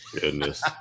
Goodness